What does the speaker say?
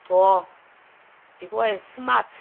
Dog, because it smart.